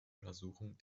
untersuchung